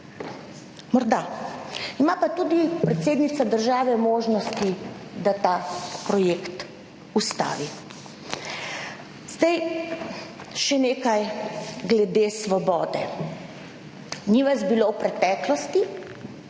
Morda. Ima pa tudi predsednica države možnosti, da ta projekt ustavi. Zdaj še nekaj glede Svobode. Ni vas bilo v preteklosti